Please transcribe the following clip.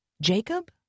Jacob